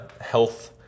health